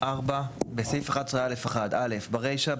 (4) בסעיף 11(א1) ברישה,